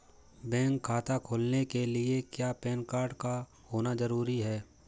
Bank खाता खोलने के लिए क्या पैन कार्ड का होना ज़रूरी है?